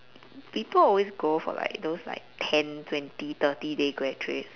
people always go for like those like ten twenty thirty day grad trips